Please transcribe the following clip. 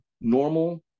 normal